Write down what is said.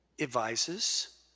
advises